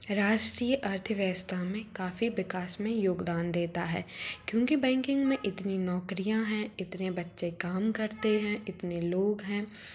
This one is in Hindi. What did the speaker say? रास्टीय अर्थव्यवस्था में काफ़ी विकास में योगदान देता है क्योंकि बैंकिंग में इतनी नौकरियाँ हैं इतने बच्चे काम करते हैं इतने लोग हैं